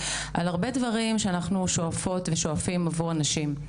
על הרבה דברים שאנחנו שואפות ושואפים עבור הנשים.